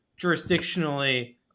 jurisdictionally